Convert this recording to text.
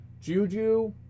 Juju